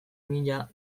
mila